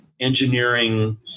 engineering